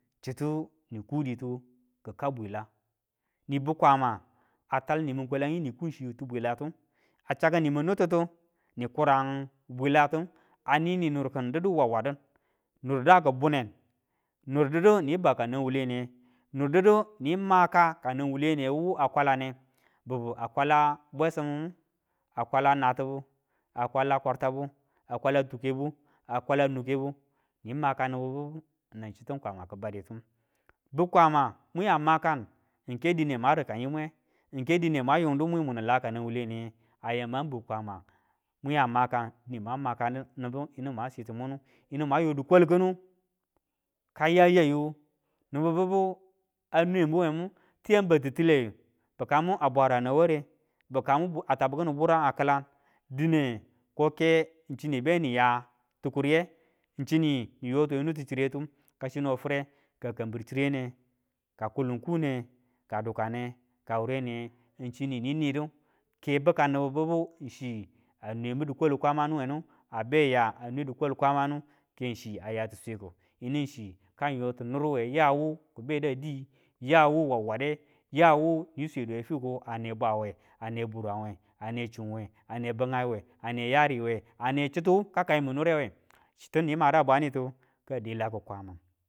Chitu ni kuditu kikau bwila ni biu kwama a tal nimin kwalangi nikun chi tibwilatu, a chaki nimin nitutu ni kuran bulatu, a nini nurkin didu wa wadin mur da kibu nen nur didu ni maka Kannan wuwule niye wu a kwalane, biby a kwala bwesimu, a kwala natibu, a kwala kwartabu, a kwala tukebu, a kwala nukebu, ni maka nibu bibu nang chitu kwama ki baditu. Biu kwama mwi a makan ng ke dine mwan rikan yimwiye ng ke mwan yin du mwi munin la kanan wuwule niye aya mwan biu kwama mwiya makan dine mwan maka nibu mwan makatu munu yinu mwan yo dikwal kii kaya yayu nibu bibu a nwenbuwemu, tiyan bati tilei bikamu a bwaran a ware, bikamu a tab kini burang a kilan dine koke chini bani ya ti kuriye, ng chini niyo tuwe nutu chiretu kasino fire ka kambir chirene, ka kulin kune, ka dukane, ka wureniye ng chinini nidu ke bikam nibu bibu ng chi a nwebu dikwal kwama mu wenu a be ya a nwe dikwal kwamanu, ken ng chi a ya suteku, yinu chi ka yonti nurwe yaa wu ki beda di yaa wu wawade, yaaa wu ni swedu we fiko a ne bwawe, a ne burang we a ne chun we, a ne bingaiwe a ne yariwe, ane ticitu ka kai min nurewe chitu ni mada bwani tu ka delaku kwama.